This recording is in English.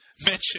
mention